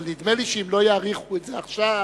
אבל נדמה לי שאם לא יאריכו את זה עכשיו